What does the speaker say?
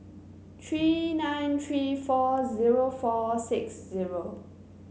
three nine three four zero four six zero